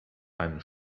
einem